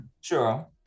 Sure